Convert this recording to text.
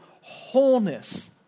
wholeness